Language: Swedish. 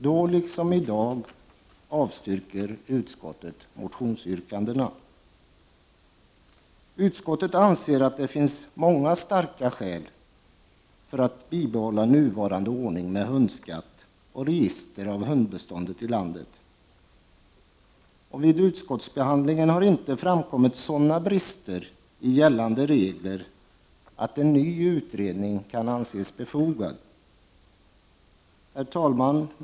Då liksom i dag avstyrker utskottet motionsyrkandena. Utskottet anser att det finns många starka skäl för att behålla nuvarande ordning med hundskatt och registrering av hundbeståndet i landet. Vid utskottsbehandlingen har inte framkommit sådana brister i gällande regler att en ny utredning kan anses befogad. Herr talman!